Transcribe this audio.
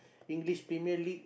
English Premier-League